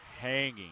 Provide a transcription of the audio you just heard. hanging